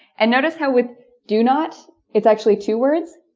and notice how with do not, it's actually two words.